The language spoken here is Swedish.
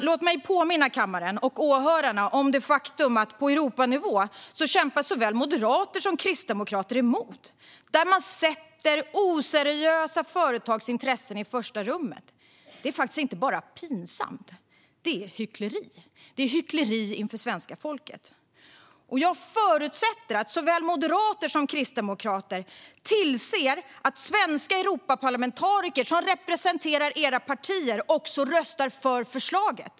Låt mig påminna kammaren och åhörarna om det faktum att såväl moderater som kristdemokrater på Europanivå kämpar emot. Man sätter oseriösa företags intressen i första rummet. Detta är faktiskt inte bara pinsamt - det är hyckleri inför svenska folket. Jag förutsätter att såväl moderater som kristdemokrater tillser att svenska Europaparlamentariker som representerar era partier också röstar för förslaget.